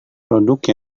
produk